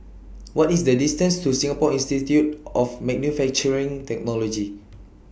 What IS The distance to Singapore Institute of Manufacturing Technology